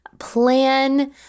plan